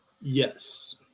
Yes